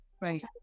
Right